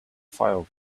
file